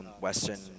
Western